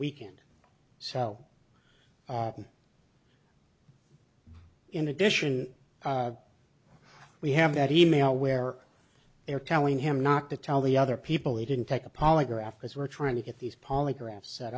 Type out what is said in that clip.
weekend cell in addition we have that e mail where they're telling him not to tell the other people he didn't take a polygraph because we're trying to get these polygraphs set